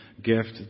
gift